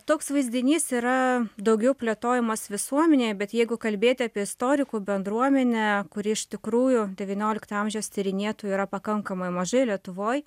toks vaizdinys yra daugiau plėtojamas visuomenėje bet jeigu kalbėti apie istorikų bendruomenę kuri iš tikrųjų devyniolikto amžiaus tyrinėtojų yra pakankamai mažai lietuvoj